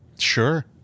Sure